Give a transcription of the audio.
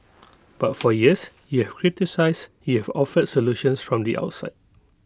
but for years criticised offered solutions from the outside